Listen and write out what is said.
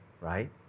right